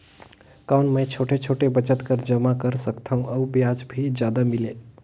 कौन मै छोटे छोटे बचत कर जमा कर सकथव अउ ब्याज भी जादा मिले?